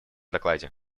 докладе